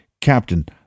Captain